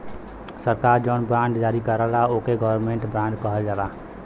सरकार जौन बॉन्ड जारी करला ओके गवर्नमेंट बॉन्ड कहल जाला